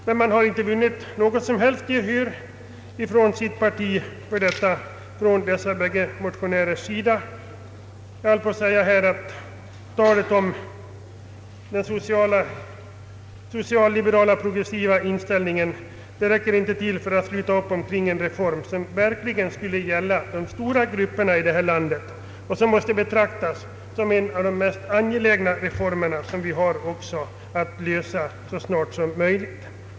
Dessa motionärer har emellertid inte funnit något som helst gehör från sitt eget parti. Talet om den socialliberala progressiva inställningen räcker tydligen inte till för att sluta upp kring en reform som verkligen skulle gälla de stora grupperna här i landet och som måste betraktas som en av de mest angelägna uppgifter vi har att lösa.